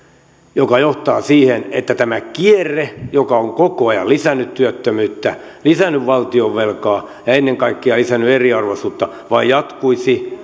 tämä johtaa siihen että tämä kierre joka on koko ajan lisännyt työttömyyttä lisännyt valtionvelkaa ja ennen kaikkea lisännyt eriarvoisuutta vain jatkuisi